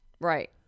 Right